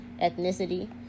ethnicity